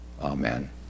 amen